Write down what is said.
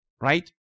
Right